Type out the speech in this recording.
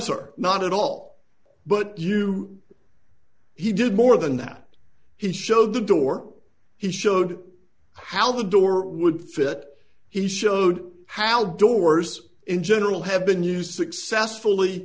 sir not at all but you he did more than that he showed the door he showed how the door would fit he showed how doors in general have been used successfully